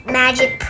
magic